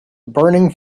burning